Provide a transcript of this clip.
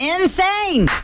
Insane